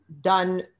done